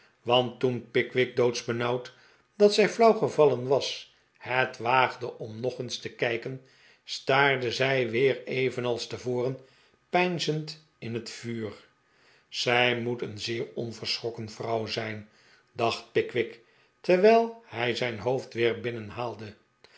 want toen pickwick doodsbenauwd dat zij flauwgevallen was het waagde om nog eens te kijken staarde zij weer evenals tevoren peinzend in het vuur zij moet een zeer onverschrokken vrouw zijn dacht pickwick terwijl hij zijn hoofd weer